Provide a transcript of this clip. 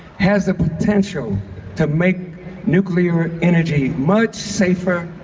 has the potential to make nuclear energy much safer,